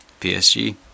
psg